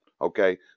okay